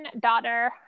daughter